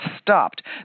stopped